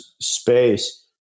space